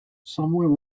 somewhere